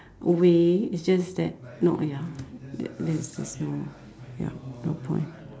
a way it's just that no ya that that's just no ya no point